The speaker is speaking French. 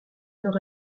nord